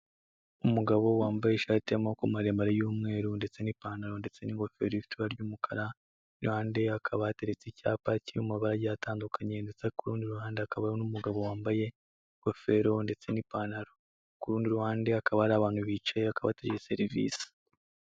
Umugabo wambaye ishati y'amako maremare y'umweru ndetse n'ipantaro ndetse n'ingofero ifite ibara ry'umukara, iruhande hakaba hateretse icyapa kiri mu mabara agiye atandukanye ndetse ku rundi ruhande hakaba hariho n'umugabo wambaye ingofero ndetse n'ipantaro, ku rundi ruhande hakaba hari abantu bicaye bakaba bategereje serivise.